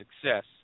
success